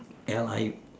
L I